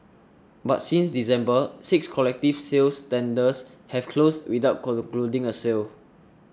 but since December six collective sales tenders have closed without concluding a sale